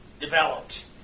developed